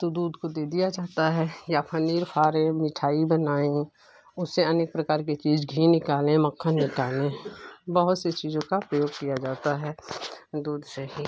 तो दूध को दे दिया जाता है या पनीर फारें मिठाई बनाएँ उससे अनेक प्रकार की चीज़ घी निकालें मक्खन निकालें बहुत सी चीज़ों का प्रयोग किया जाता है दूध से ही